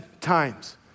times